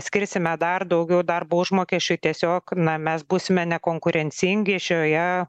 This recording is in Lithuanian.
skirsime dar daugiau darbo užmokesčiui tiesiog na mes būsime nekonkurencingi šioje